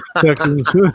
Texas